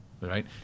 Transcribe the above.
right